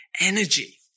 energy